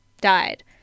died